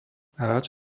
hráč